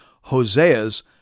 Hosea's